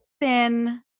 thin